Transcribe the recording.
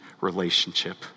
relationship